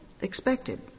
expected